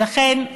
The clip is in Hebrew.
ולכן,